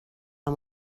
amb